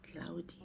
cloudy